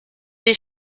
des